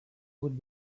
would